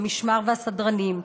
המשמר והסדרנים.